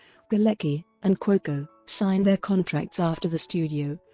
galecki, and cuoco, signed their contracts after the studio